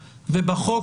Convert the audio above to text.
ובחוק,